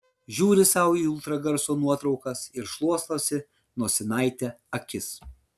žiūri sau į ultragarso nuotraukas ir šluostosi nosinaite akis